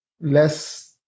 less